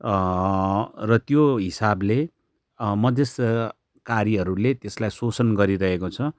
र त्यो हिसाबले मध्यस्थताकारीहरूले त्यसलाई शोषण गरिरहेको छ